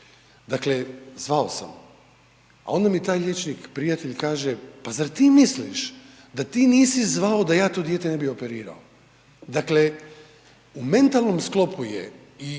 Dakle, zvao sam, a onda mi taj liječnik prijatelj kaže, pa zar ti misliš da ti nisi zvao da ja to dijete ne bi operirao, dakle, u mentalnom sklopu je i